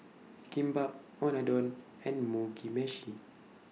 Kimbap Unadon and Mugi Meshi